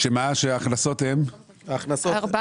סך